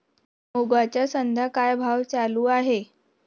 मुगाचा सध्या काय भाव चालू आहे?